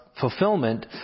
fulfillment